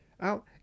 out